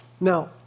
Now